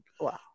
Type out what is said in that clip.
Wow